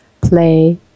play